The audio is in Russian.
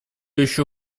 еще